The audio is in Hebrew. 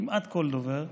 כמעט כל דובר,